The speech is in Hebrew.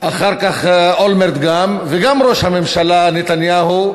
אחר כך גם אולמרט, וגם ראש הממשלה נתניהו,